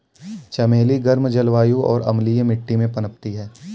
चमेली गर्म जलवायु और अम्लीय मिट्टी में पनपती है